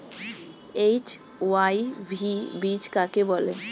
HYV বীজ কাকে বলে?